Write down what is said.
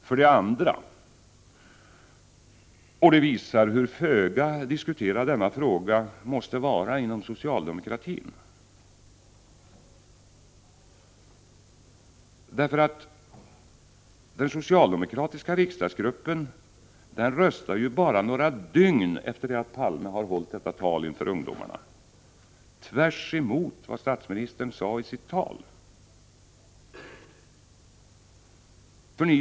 För det andra — och det visar hur föga diskuterad denna fråga måste vara inom socialdemokratin — så röstade den socialdemokratiska riksdagsgruppen bara några dygn efter det att Palme hade hållit detta tal inför ungdomarna tvärs emot vad statsministern sagt.